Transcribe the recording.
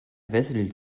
wessel